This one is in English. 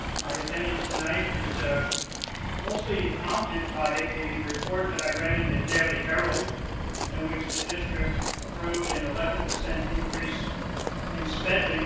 my attendance tonight is ah mostly prompted by a report that i read in the daily herald in which the district approved an and eleven percent increase in spending